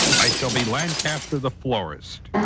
i shall be lancaster the florist.